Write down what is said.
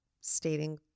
stating